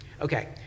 Okay